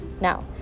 Now